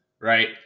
right